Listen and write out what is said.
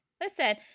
Listen